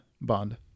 bond